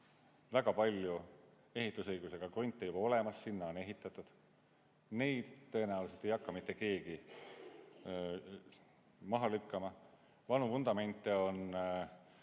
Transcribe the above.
väga palju ehitusõigusega krunte juba olemas, sinna on ehitatud, neid tõenäoliselt ei hakka mitte keegi maha lükkama. Vanu vundamente on